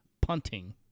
punting